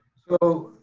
so,